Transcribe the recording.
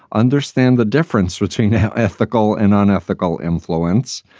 understand the difference between ethical and unethical influence.